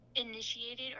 initiated